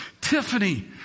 Tiffany